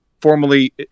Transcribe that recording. formally